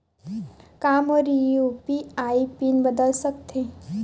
का मोर UPI PIN बदल सकथे?